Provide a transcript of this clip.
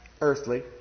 Earthly